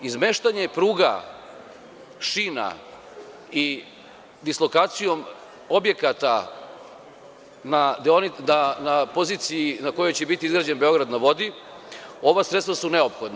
Izmeštanje pruga, šina i dislokacijom objekata na poziciji na kojoj će biti izgrađen Beograd na vodi, ova sredstva su neophodna.